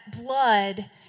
blood